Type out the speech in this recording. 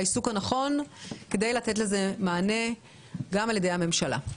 העיסוק הנכון כדי לתת לזה מענה גם על-ידי הממשלה.